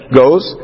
goes